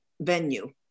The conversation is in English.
venue